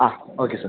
ആ okay sir